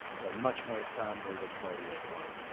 so much more to come, we'll look for you at one